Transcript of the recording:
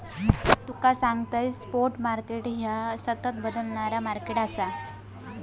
तुका सांगतंय, spot market ह्या सतत बदलणारा मार्केट आसा